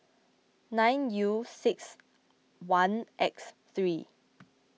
nine U six one X three